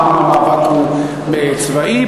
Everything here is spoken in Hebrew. פעם המאבק הוא צבאי,